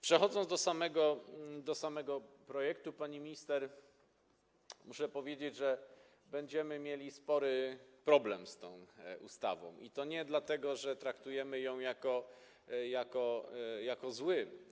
Przechodząc do samego projektu, pani minister, muszę powiedzieć, że będziemy mieli spory problem z tą ustawą, i to nie dlatego, że traktujemy ten projekt jako zły.